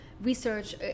research